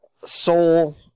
Soul